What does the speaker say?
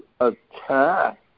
attack